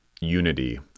unity